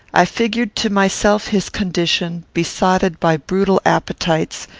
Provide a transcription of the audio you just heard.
i figured to myself his condition, besotted by brutal appetites,